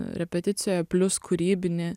repeticijoje plius kūrybinį